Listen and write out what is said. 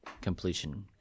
completion